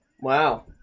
wow